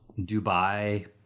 Dubai